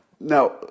now